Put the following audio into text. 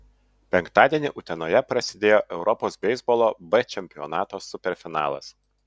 penktadienį utenoje prasidėjo europos beisbolo b čempionato superfinalas